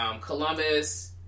Columbus